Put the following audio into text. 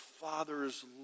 father's